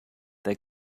that